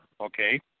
okay